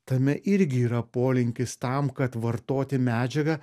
tame irgi yra polinkis tam kad vartoti medžiagą